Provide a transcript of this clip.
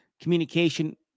Communication